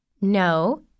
No